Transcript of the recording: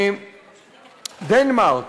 בדנמרק